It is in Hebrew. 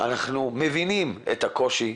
אנחנו מבינים את הקושי,